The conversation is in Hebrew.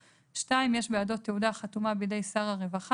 (2) יש בידו תעודה החתומה בידי שר הרווחה,